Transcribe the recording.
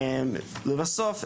לבסוף,